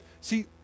See